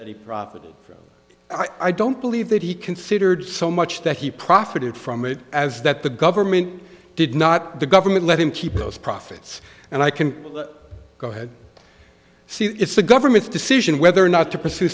the property i don't believe that he considered so much that he profited from it as that the government did not the government let him keep those profits and i can go ahead see that it's the government's decision whether or not to pursue